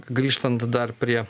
grįžtant dar prie